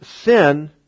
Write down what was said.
sin